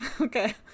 okay